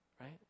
Right